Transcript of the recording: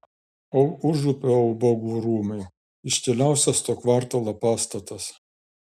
o užupio ubagų rūmai iškiliausias to kvartalo pastatas